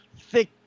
thick